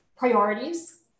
Priorities